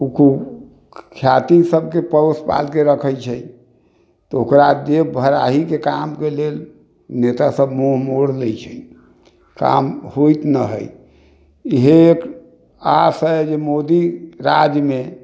उकू ख्याति सभके पोषि पालिके रखै छै तऽ ओकरा जेब भराइके कामके लेल नेता सभ मुँह मोड़ि लै छै काम होइत नहि हय इएहे एक आस हय जे मोदी राज्यमे